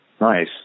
Nice